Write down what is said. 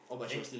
next